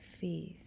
faith